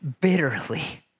bitterly